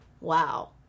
Wow